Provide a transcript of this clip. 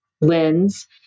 lens